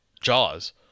Jaws